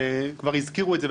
כבר הזכירו את זה,